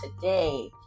today